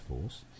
Force